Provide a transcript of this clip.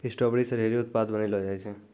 strawberry से ढेरी उत्पाद बनैलो जाय छै